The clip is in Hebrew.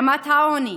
רמת העוני,